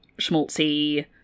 schmaltzy